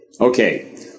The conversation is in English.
Okay